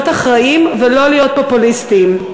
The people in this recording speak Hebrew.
להיות אחראיים ולא להיות פופוליסטים.